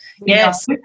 Yes